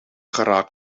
geraakt